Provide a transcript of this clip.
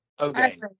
Okay